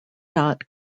dot